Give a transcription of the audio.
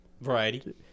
variety